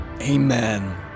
Amen